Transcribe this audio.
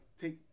take